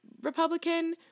Republican